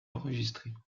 enregistrées